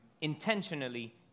Intentionally